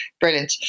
brilliant